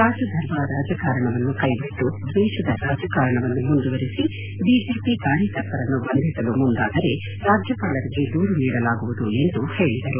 ರಾಜಧರ್ಮ ರಾಜಕಾರಣವನ್ನು ಕೈಬಿಟ್ಟು ದ್ವೇಷದ ರಾಜಕಾರಣವನ್ನು ಮುಂದುವರೆಸಿ ಬಿಜೆಪಿ ಕಾರ್ಯಕರ್ತರನ್ನು ಬಂಧಿಸಲು ಮುಂದಾದರೆ ರಾಜ್ಯಪಾಲರಿಗೆ ದೂರು ನೀಡಲಾಗುವುದು ಎಂದು ಹೇಳಿದರು